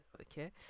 okay